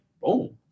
boom